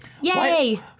Yay